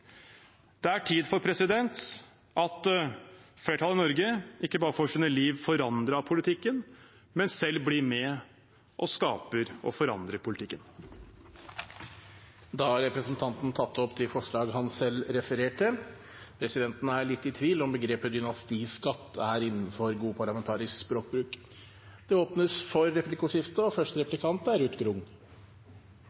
Det er tid for at flertallet i Norge ikke bare får sitt liv forandret av politikken, men selv blir med og skaper og forandrer politikken. Da har representanten Bjørnar Moxnes tatt opp de forslagene han refererte til. Presidenten er litt i tvil om begrepet «dynastiskatt» er innenfor god parlamentarisk språkbruk. Det blir replikkordskifte. Korona skaper utrygghet for helse og